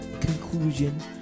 conclusion